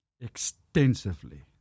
extensively